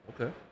Okay